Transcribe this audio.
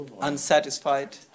unsatisfied